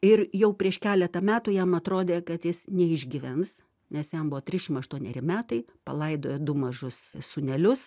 ir jau prieš keletą metų jam atrodė kad jis neišgyvens nes jam buvo trišim aštuoneri metai palaidojo du mažus sūnelius